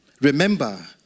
Remember